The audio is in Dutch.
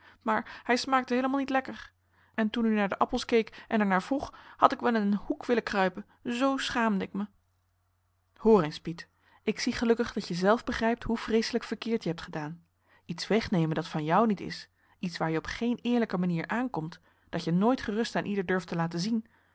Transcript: maar hij smaakte heelemaal niet lekker en toen u naar de appels keek en er naar vroeg had ik wel in een hoek willen kruipen zoo schaamde ik me hoor eens piet ik zie gelukkig dat je zelf begrijpt hoe vreeselijk verkeerd je hebt gedaan iets wegnemen dat van jou niet is iets waar je op geen eerlijke manier aan komt dat je nooit gerust aan ieder durft te laten zien